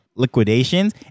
Liquidations